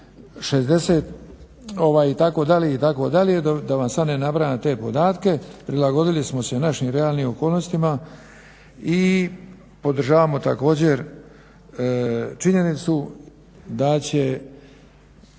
60 itd., itd. da vam sad ne nabrajam te podatke. Prilagodili smo se našim realnim okolnostima i podržavamo također činjenicu da će